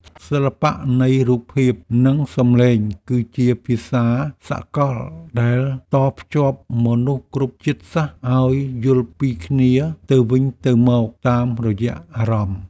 សិល្បៈនៃរូបភាពនិងសំឡេងគឺជាភាសាសកលដែលតភ្ជាប់មនុស្សគ្រប់ជាតិសាសន៍ឱ្យយល់ពីគ្នាទៅវិញទៅមកតាមរយៈអារម្មណ៍។